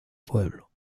pueblo